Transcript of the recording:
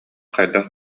хайдах